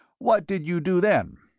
what did you do then?